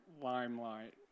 limelight